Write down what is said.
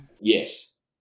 Yes